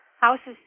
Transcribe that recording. houses